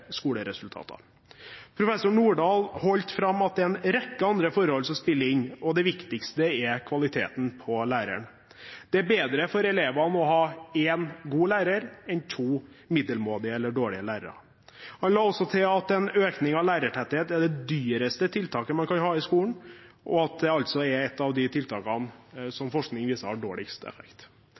skoleresultater. Professor Nordahl holdt fram at det er en rekke andre forhold som spiller inn, og det viktigste er kvaliteten på læreren. Det er bedre for elevene å ha én god lærer enn to middelmådige eller dårlige lærere. Han la også til at en økning av lærertetthet er det dyreste tiltaket man kan ha i skolen, og at det altså er et av de tiltakene som forskning viser har dårligst effekt.